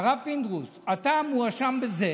הרב פינדרוס, אתה מואשם בזה